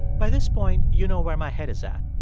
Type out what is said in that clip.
by this point, you know where my head is at.